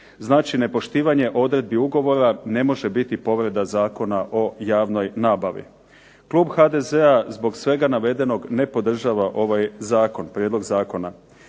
Znači, nepoštivanje odredbi ugovora ne može povreda Zakona o javnoj nabavi. Klub HDZ-a zbog svega navedenog ne podržava ovaj zakon, prijedlog zakona.